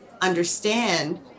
understand